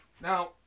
Now